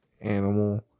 animal